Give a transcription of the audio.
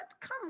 Come